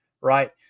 right